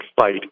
fight